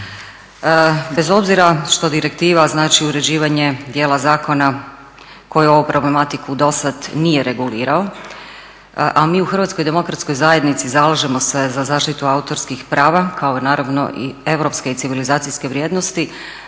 Bez obzira što direktiva znači uređivanje dijela zakona koje ovu problematiku do sada nije regulirao, a mi u HDZ-u zalažemo se za zaštitu autorskih prava kao naravno i europske i civilizacijske vrijednosti